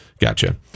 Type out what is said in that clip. Gotcha